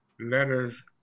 letters